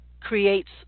creates